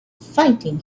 fighting